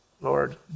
Lord